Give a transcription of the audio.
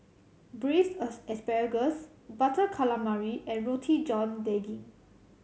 Braised as asparagus Butter Calamari and Roti John Daging